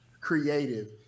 Creative